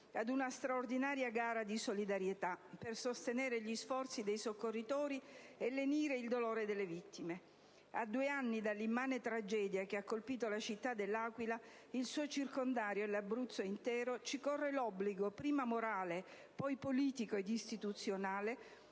ad una straordinaria gara di solidarietà per sostenere gli sforzi dei soccorritori e lenire il dolore delle vittime. A due anni dall'immane tragedia che ha colpito la città dell'Aquila, il suo circondario e l'Abruzzo intero, ci corre l'obbligo, prima morale, poi politico ed istituzionale,